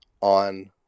on